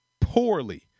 poorly